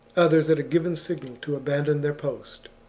others at a given signal to abandon their post.